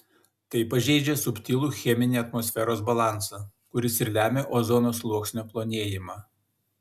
tai pažeidžia subtilų cheminį atmosferos balansą kuris ir lemia ozono sluoksnio plonėjimą